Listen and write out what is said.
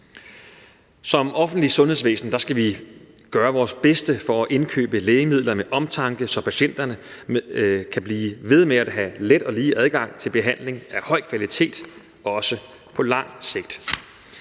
Som offentligt sundhedsvæsen skal vi gøre vores bedste for at indkøbe lægemidler med omtanke, så patienterne kan blive ved med at have let og lige adgang til behandling af høj kvalitet, også på lang sigt.